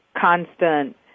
constant